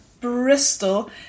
Bristol